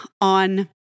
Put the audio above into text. on